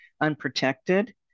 unprotected